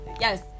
Yes